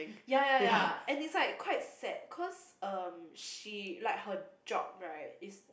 ya ya ya and it's like quite sad cause um she like her job right is